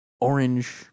orange